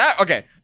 Okay